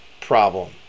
problem